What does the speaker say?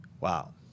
Wow